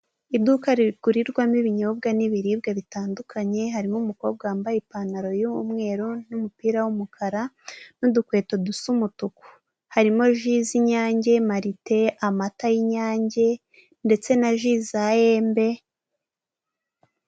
Iduka rigurirwamo ibinyobwa n'ibiribwa bitandukanye harimo umukobwa wambaye ipantaro y'umweru n'umupira w'umukara n'udukweto dusa umutuku harimo ji z'inyange marite amata y'inyange ndetse na ji za yembe.